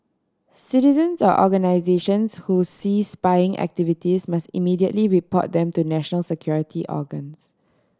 citizens or organisations who see spying activities must immediately report them to national security organs